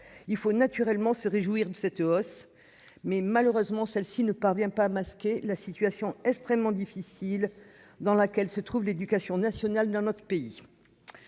Il faut naturellement se réjouir de cette hausse, mais celle-ci ne parvient malheureusement pas à masquer la situation extrêmement difficile dans laquelle se trouve l'éducation nationale dans notre pays.